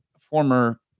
former